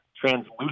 translucent